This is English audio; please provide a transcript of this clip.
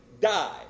die